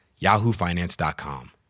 yahoofinance.com